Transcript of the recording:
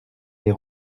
des